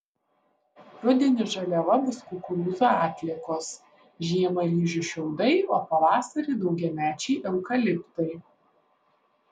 rudenį žaliava bus kukurūzų atliekos žiemą ryžių šiaudai o pavasarį daugiamečiai eukaliptai